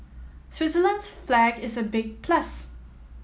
Switzerland's flag is a big plus